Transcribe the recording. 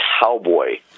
cowboy